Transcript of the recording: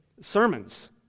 Sermons